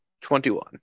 Twenty-one